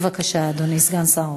בבקשה, אדוני סגן שר האוצר.